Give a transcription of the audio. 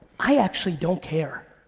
i actually don't care.